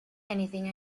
anything